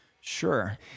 Sure